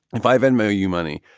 if i venmo you money,